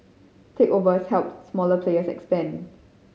takeovers helped smaller players expand